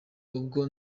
ubwo